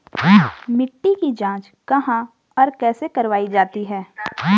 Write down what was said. मिट्टी की जाँच कहाँ और कैसे करवायी जाती है?